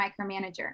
micromanager